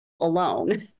alone